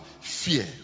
fear